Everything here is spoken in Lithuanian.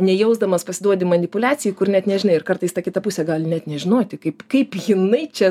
nejausdamas pasiduodi manipuliacijai kur net nežinai ir kartais ta kita pusė gali net nežinoti kaip kaip jinai čia